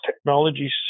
technologies